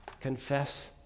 confess